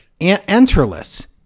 enterless